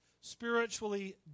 spiritually